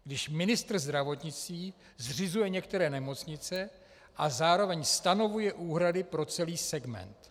Když ministr zdravotnictví zřizuje některé nemocnice a zároveň stanovuje úhrady pro celý segment.